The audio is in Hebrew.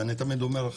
ואני תמיד אומר,